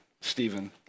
Stephen